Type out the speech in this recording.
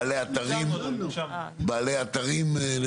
בעלי אתרים?